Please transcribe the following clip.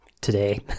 today